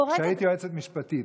כשהיית יועצת משפטית,